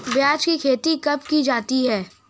प्याज़ की खेती कब की जाती है?